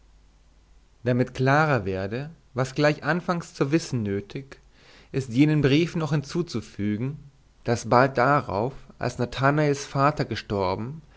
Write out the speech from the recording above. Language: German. damit klarer werde was gleich anfangs zu wissen nötig ist jenen briefen noch hinzuzufügen daß bald darauf als nathanaels vater gestorben